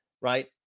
right